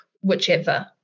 whichever